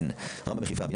רמב"ם בחיפה.